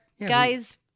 Guys